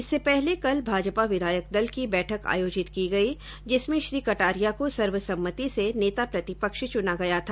इससे पहले कल भाजपा विधायक दल की बैठक आयोजित की गई जिसमें श्री कटारिया को सर्वसम्मति से नेता प्रतिपक्ष चुना गया था